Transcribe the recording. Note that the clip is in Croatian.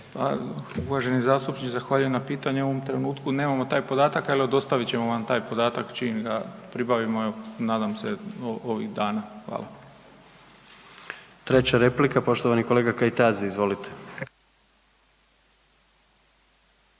uvaženi zastupniče zahvaljujem na pitanju, u ovom trenutku nemamo taj podatak, ali dostavit ćemo vam taj podataka čim pribavimo, evo nadam se ovih dana. Hvala. **Jandroković, Gordan (HDZ)** Treća replika poštovani kolega Kajtazi, izvolite.